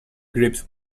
grips